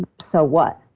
so what?